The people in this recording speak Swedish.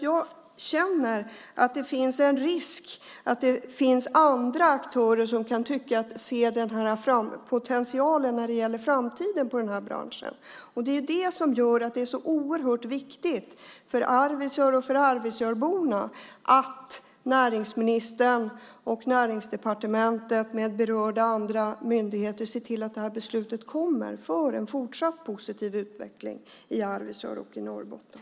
Jag känner att det finns en risk för att det finns andra aktörer som kan se potentialen när det gäller framtiden för den här branschen. Det är det som gör att det är så oerhört viktigt för Arvidsjaur och för Arvidsjaurborna att näringsministern och Näringsdepartementet tillsammans med andra berörda myndigheter ser till att beslutet kommer för en fortsatt positiv utveckling i Arvidsjaur och i Norrbotten.